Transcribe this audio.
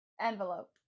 Envelope